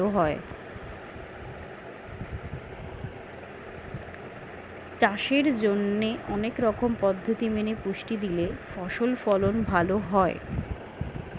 চাষের জন্যে অনেক রকম পদ্ধতি মেনে পুষ্টি দিলে ফসল ফলন ভালো হয়